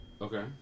Okay